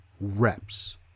reps